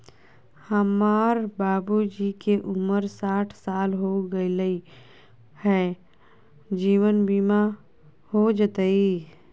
हमर बाबूजी के उमर साठ साल हो गैलई ह, जीवन बीमा हो जैतई?